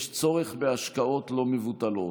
יש צורך בהשקעות לא מבוטלות,